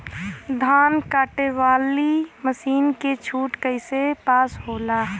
धान कांटेवाली मासिन के छूट कईसे पास होला?